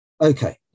okay